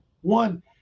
one